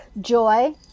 Joy